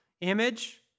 image